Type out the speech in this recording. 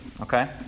okay